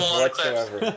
whatsoever